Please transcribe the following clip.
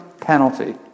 penalty